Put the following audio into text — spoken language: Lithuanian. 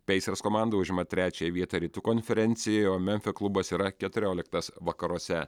peisers komanda užima trečiąją vietą rytų konferencijoje o memfio klubas yra keturioliktas vakaruose